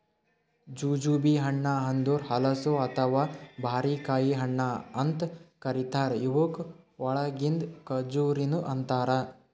jujube ಹಣ್ಣ ಅಂದುರ್ ಹಲಸು ಅಥವಾ ಬಾರಿಕಾಯಿ ಹಣ್ಣ ಅಂತ್ ಕರಿತಾರ್ ಇವುಕ್ ಒಣಗಿದ್ ಖಜುರಿನು ಅಂತಾರ